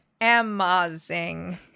amazing